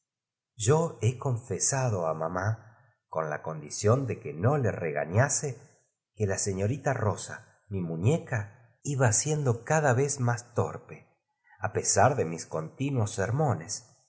yo he confesado á mamá con la condi a mí no me gustan las batallas dijo ción de que no le regañase que la señorita maria si trae una fortaleza como tú di rosa mi muñeca iba siendo cada vez biblioteca nacional de españa más torpe á pesar de mis continuos ser